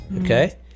Okay